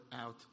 out